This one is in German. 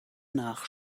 nach